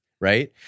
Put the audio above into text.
Right